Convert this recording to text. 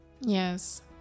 Yes